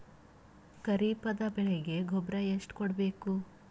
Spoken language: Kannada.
ಖರೀಪದ ಬೆಳೆಗೆ ಗೊಬ್ಬರ ಎಷ್ಟು ಕೂಡಬೇಕು?